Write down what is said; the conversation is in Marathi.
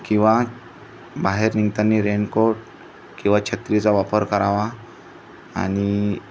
किंवा बाहेर निघताना रेनकोट किंवा छत्रीचा वापर करावा आणि